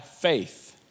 faith